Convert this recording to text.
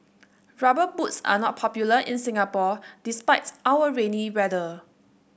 rubber boots are not popular in Singapore despite our rainy weather